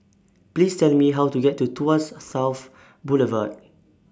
Please Tell Me How to get to Tuas South Boulevard